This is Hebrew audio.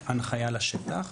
יצאה הנחייה לשטח.